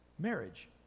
marriage